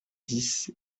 dix